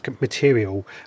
material